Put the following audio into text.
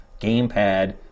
Gamepad